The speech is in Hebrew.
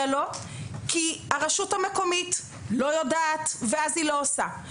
לו כי הרשות המקומית לא יודעת ואז היא לא עושה,